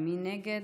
מי נגד?